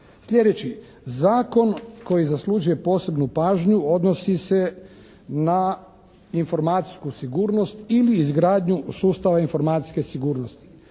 Sljedeći zakon koji zaslužuje posebnu pažnju odnosi se na informacijsku sigurnost ili izgradnju sustava informacijske sigurnosti.